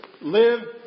live